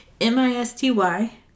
M-I-S-T-Y